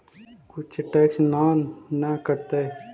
कुछ टैक्स ना न कटतइ?